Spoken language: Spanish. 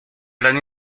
gran